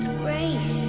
place,